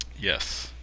Yes